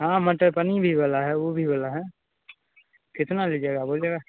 हाँ मटर पनीर भी बना है वो भी बना है कितना लीजिएगा बोलिएगा